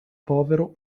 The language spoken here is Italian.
povero